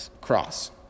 cross